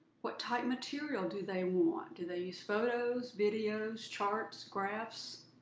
what type material do they want? do they use photos, videos, charts, graphs?